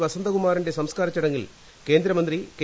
വസന്തകുമാറിന്റെ സംസ്കാര ചടങ്ങിൽ കേന്ദ്രമന്ത്രി കെ